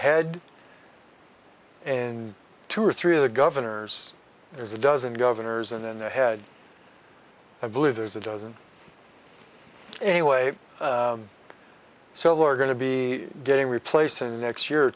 head and two or three of the governors there's a dozen governors and then the head i believe there's a dozen anyway so we're going to be getting replaced in the next year or